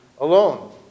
alone